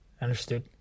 understood